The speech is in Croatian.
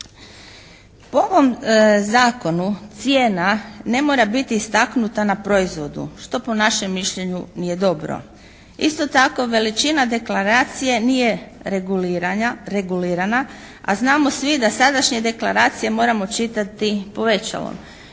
Po ovom zakonu cijena ne mora biti istaknuta na proizvodu što po našem mišljenju nije dobro. Isto tako, veličina deklaracije nije regulirana a znamo svi da sadašnje deklaracije moramo čitati povećalom.